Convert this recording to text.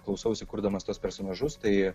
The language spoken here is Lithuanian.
klausausi kurdamas tuos personažus tai